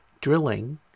drilling